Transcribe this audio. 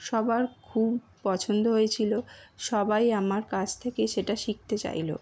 সবার খুব পছন্দ হয়েছিলো সবাই আমার কাছ থেকে সেটা শিখতে চাইলো